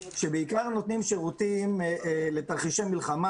בעיקר שנותנים שירותים לתרחישי מלחמה